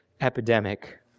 epidemic